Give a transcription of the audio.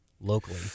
locally